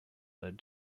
led